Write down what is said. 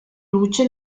luce